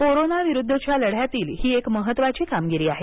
corona विरुद्धच्या लढ्यातील ही एक महत्वाची कामगिरी आहे